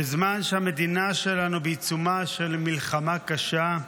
בזמן שהמדינה שלנו בעיצומה של מלחמה קשה,